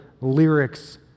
lyrics